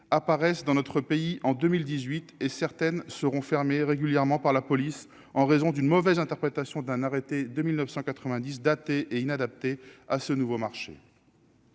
apparaissent dans notre pays en 2018 et certaines seront fermées régulièrement par la police en raison d'une mauvaise interprétation d'un arrêté de 1990 daté et inadapté à ce nouveau marché.